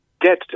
get